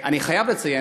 אני חייב לציין,